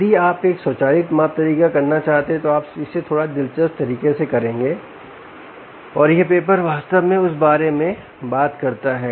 यदि आप एक स्वचालित माप तरीका करना चाहते हैं तो आप इसे थोड़ा दिलचस्प तरीके से करेंगे और यह पेपर वास्तव में उस बारे में बात करता है